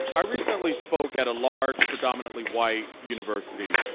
i recently spoke at a large, predominantly white university,